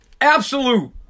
absolute